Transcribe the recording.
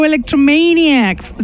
Electromaniacs